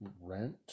rent